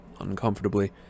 uncomfortably